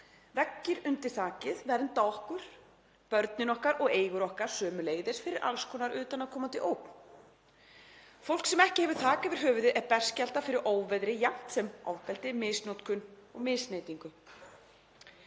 Veggir undir þakið vernda okkur, börnin okkar og eigur okkar sömuleiðis fyrir alls konar utanaðkomandi ógn. Fólk sem ekki hefur þak yfir höfuðið er berskjaldað fyrir óveðri jafnt sem ofbeldi, misnotkun og misneytingu.